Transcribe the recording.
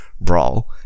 Brawl